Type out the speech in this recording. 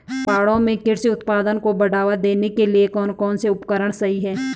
पहाड़ों में कृषि उत्पादन को बढ़ावा देने के लिए कौन कौन से उपकरण सही हैं?